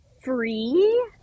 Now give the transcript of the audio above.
free